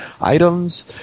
items